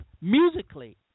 musically